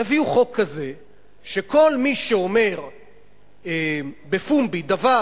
יביאו חוק כזה שכל מי שאומר בפומבי דבר